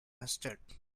mustard